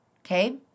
okay